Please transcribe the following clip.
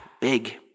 big